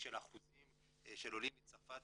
של אחוזים של עולים מצרפת